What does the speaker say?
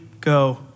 go